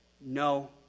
no